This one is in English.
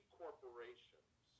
corporations